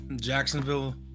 Jacksonville